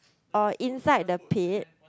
or inside the pit